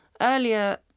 Earlier